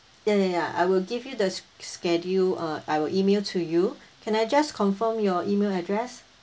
ya ya ya I will give you the sch~ schedule uh I will email to you can I just confirm your email address